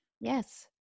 yes